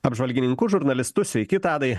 apžvalgininku žurnalistus sveiki tadai